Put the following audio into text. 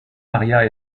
maria